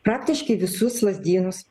praktiškai visus lazdynus